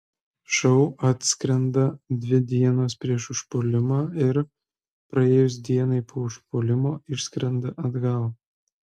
šou atskrenda dvi dienos prieš užpuolimą ir praėjus dienai po užpuolimo išskrenda atgal